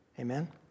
Amen